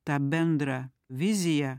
tą bendrą viziją